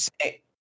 say